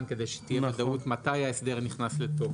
כדי שתהיה ודאות מתי ההסדר נכנס לתוקף.